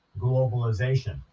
globalization